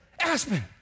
Aspen